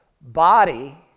body